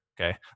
okay